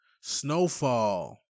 Snowfall